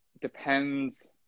depends